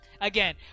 again